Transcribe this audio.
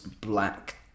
black